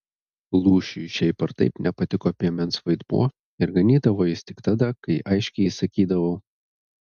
lūšiui šiaip ar taip nepatiko piemens vaidmuo ir ganydavo jis tik tada kai aiškiai įsakydavau